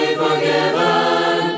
forgiven